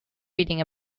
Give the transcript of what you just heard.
reading